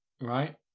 Right